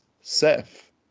Seth